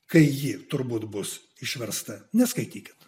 kai ji turbūt bus išversta neskaitykit